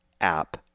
app